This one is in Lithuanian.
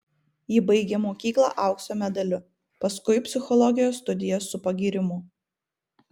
ji baigė mokyklą aukso medaliu paskui psichologijos studijas su pagyrimu